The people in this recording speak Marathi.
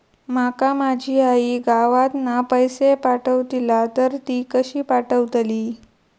माका माझी आई गावातना पैसे पाठवतीला तर ती कशी पाठवतली?